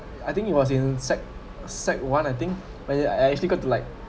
I think it was in sec~ sec~ one I think when uh I actually got to like